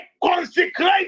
Consecrate